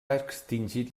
extingit